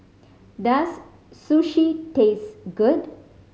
does Sushi taste good